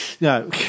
no